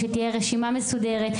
שתהיה רשימה מסודרת,